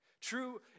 True